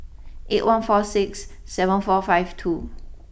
eight one four six seven four five two